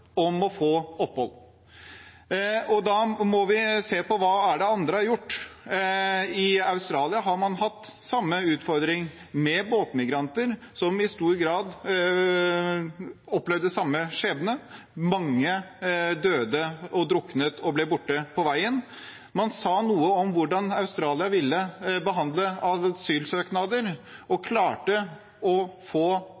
om å få opphold. Vi må se på hva andre har gjort. I Australia har man hatt samme utfordring, med båtmigranter, som i stor grad opplevde samme skjebne. Mange døde, druknet og ble borte på veien. Man sa noe om hvordan Australia ville behandle asylsøknader, og